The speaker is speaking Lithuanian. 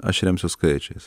aš remsiuos skaičiais